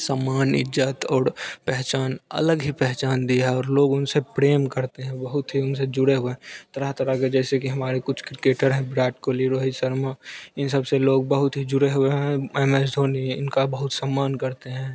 सम्मान इज्ज़त और पहचान अलग ही पहचान दी है और लोग उनसे प्रेम करते हैं बहुत ही उनसे जुड़े हुए हैं तरह तरह के जैसे कि हमारे कुछ क्रिकेटर हैं विराट कोहली रोहित शर्मा इन सब से लोग बहुत ही जुड़े हैं एम एस धोनी इनका बहुत सम्मान करते हैं